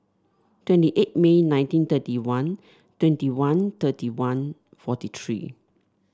twenty eight May nineteen thirty one twenty one thirty one forty three